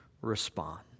respond